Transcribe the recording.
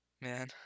Man